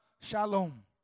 shalom